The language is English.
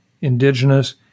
indigenous